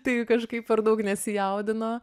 tai kažkaip per daug nesijaudino